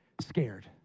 scared